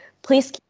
please